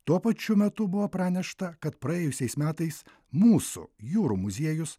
tuo pačiu metu buvo pranešta kad praėjusiais metais mūsų jūrų muziejus